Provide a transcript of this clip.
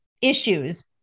issues